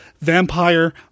vampire